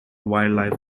wildlife